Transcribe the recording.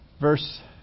Verse